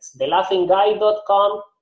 TheLaughingGuy.com